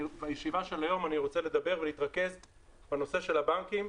בישיבה של היום אני רוצה לדבר ולהתרכז בנושא של הבנקים,